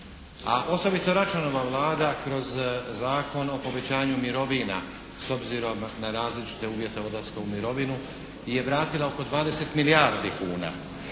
a osobito Račanova Vlada kroz Zakon o povećanju mirovina s obzirom na različite uvjete odlaska u mirovinu je vratila oko 20 milijardi kuna.